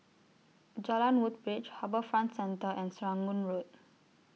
Jalan Woodbridge HarbourFront Centre and Serangoon Road